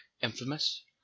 infamous